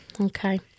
Okay